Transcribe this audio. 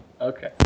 Okay